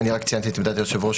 רק ציינתי את עמדת היושב-ראש,